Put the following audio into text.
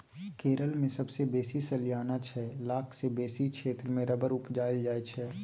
केरल मे सबसँ बेसी सलियाना छअ लाख सँ बेसी क्षेत्र मे रबर उपजाएल जाइ छै